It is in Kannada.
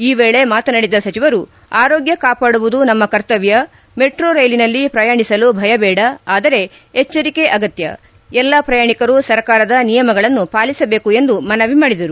ಈ ವೇಳೆ ಮಾತನಾಡಿದ ಸಚಿವರು ಆರೋಗ್ಯ ಕಾಪಾಡುವುದು ನಮ್ಮ ಕರ್ತವ್ಯ ಮೆಟ್ರೋ ರೈಲಿನಲ್ಲಿ ಪ್ರಯಾಣಿಸಲು ಭಯ ಬೇಡ ಆದರೆ ಎಚ್ಚರಿಕೆ ಅಗತ್ಯ ಎಲ್ಲ ಪ್ರಯಾಣಿಕರು ಸರ್ಕಾರದ ನಿಯಮಗಳನ್ನು ಪಾಲಿಸಬೇಕು ಎಂದು ಮನವಿ ಮಾಡಿದರು